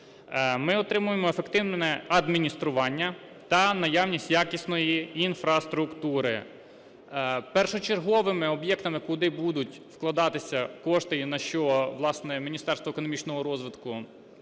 ми отримуємо ефективне адміністрування та наявність якісної інфраструктури. Першочерговими об'єктами, куди будуть вкладатися кошти і на що, власне, Міністерство економічного розвитку